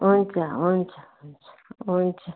हुन्छ हुन्छ हुन्छ